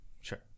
Sure